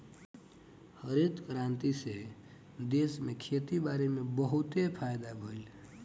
हरित क्रांति से देश में खेती बारी में बहुते फायदा भइल